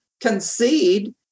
concede